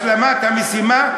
השלמת המשימה,